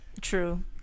True